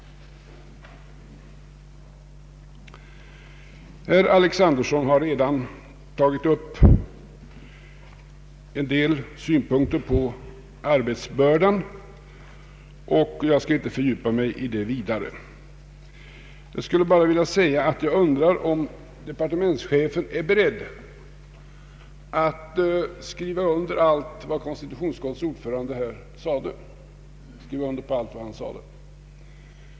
Herr Alexanderson har redan tagit upp en del synpunkter på lagrådets arbetsbörda, och jag skall inte vidare fördjupa mig i det. Jag vill bara framhålla att jag undrar om departementschefen är beredd att skriva under på allt vad konstitutionsutskottets ordförande här sade.